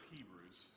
Hebrews